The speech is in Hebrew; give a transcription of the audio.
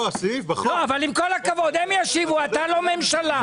עם כל הכבוד, אתה לא חבר ממשלה.